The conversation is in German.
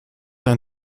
ein